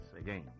again